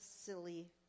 silly